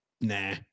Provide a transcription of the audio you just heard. Nah